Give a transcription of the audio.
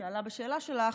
שעלה בשאלה שלך,